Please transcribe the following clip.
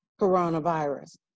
coronavirus